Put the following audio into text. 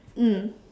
mm